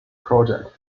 project